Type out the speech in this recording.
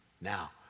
Now